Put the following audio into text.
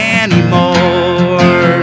anymore